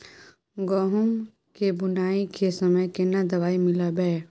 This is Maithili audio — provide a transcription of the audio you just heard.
गहूम के बुनाई के समय केना दवाई मिलैबे?